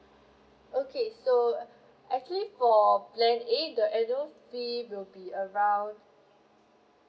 okay so actually for plan A the annual fee will be around